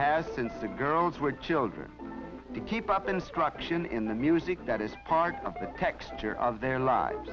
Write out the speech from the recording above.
since the girls were children to keep up instruction in the music that is part of the texture of their lives